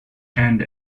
and